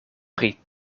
pri